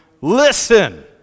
Listen